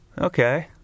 Okay